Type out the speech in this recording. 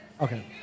Okay